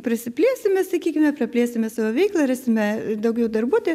prisiplėsime sakykime praplėsime savo veiklą rasime daugiau darbuotojų